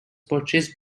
purchased